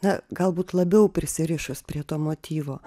na galbūt labiau prisirišus prie to motyvo